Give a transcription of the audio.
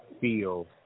feel